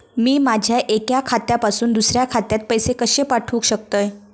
मी माझ्या एक्या खात्यासून दुसऱ्या खात्यात पैसे कशे पाठउक शकतय?